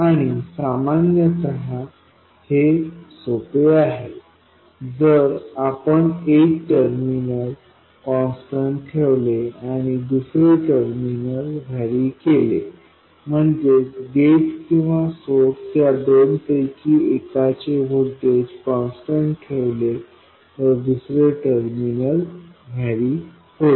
आणि सामान्यत हे सोपे आहे जर आपण एक टर्मिनल कॉन्स्टंट constant स्थिर ठेवले आणि फक्त दुसरे टर्मिनल वेरी vary बदललेकेले म्हणजेच गेट किंवा सोर्स या दोन पैकी एकाचे व्होल्टेज कॉन्स्टंट ठेवले तर दुसरे टर्मिनल वेरी होईल